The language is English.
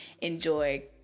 enjoy